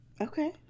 Okay